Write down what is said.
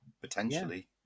potentially